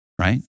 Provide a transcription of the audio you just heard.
Right